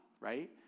right